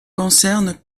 concerne